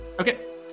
Okay